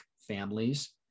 families